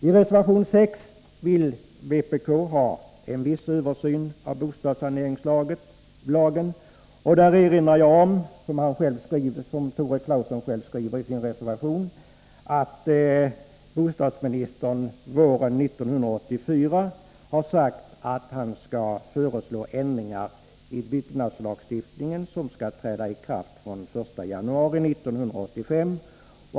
I reservation 8 vill vpk ha en viss översyn av bostadssaneringslagen. Här vill jag peka på — vilket Tore Claeson själv nämnt i sin reservation — att bostadsministern våren 1984 kommer att föreslå ändringar i byggnadslagstiftningen som skall träda i kraft den 1 januari 1985.